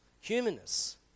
humanness